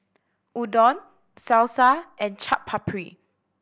Udon Salsa and Chaat Papri